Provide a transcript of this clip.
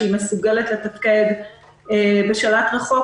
שהיא מסוגלת לתפקד בשלט רחוק,